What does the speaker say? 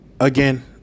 again